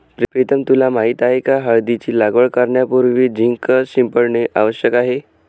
प्रीतम तुला माहित आहे का हळदीची लागवड करण्यापूर्वी झिंक शिंपडणे आवश्यक आहे